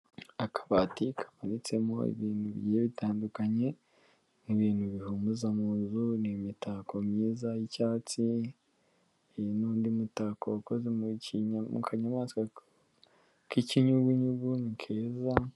Akabati kamanitsemo ibintu bigiye bitandukanye, nk'ibintu bihumuza mu nzu, ni imitako myiza yi'cyatsi, n'undi mutako ukozwe mu kanyamaswa k'ikinyugunyugu, ni keza.